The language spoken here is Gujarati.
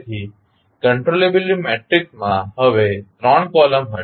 તેથી કંટ્રોલેબીલીટી મેટ્રિક્સમાં હવે 3 કોલમ હશે